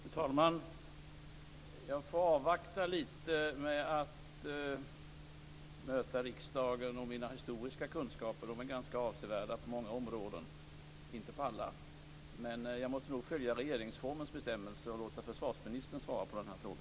Fru talman! Jag får avvakta litet med att möta riksdagen med mina historiska kunskaper. De är avsevärda på många områden - inte på alla. Jag måste nog följa regeringsformens bestämmelser och låta försvarsministern svara på denna fråga.